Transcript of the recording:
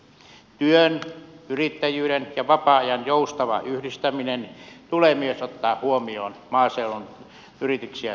työn yrittäjyyden ja vapaa ajan joustava yhdistäminen tulee myös ottaa huomioon maaseudun yrityksiä tuettaessa